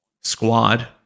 Squad